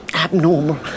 abnormal